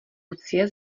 lucie